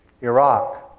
Iraq